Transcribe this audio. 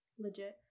legit